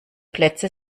plätze